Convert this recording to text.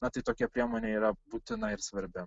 na tai tokia priemonė yra būtina ir svarbi